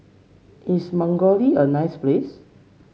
is Mongolia a nice place